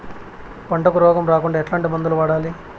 పంటకు రోగం రాకుండా ఎట్లాంటి మందులు వాడాలి?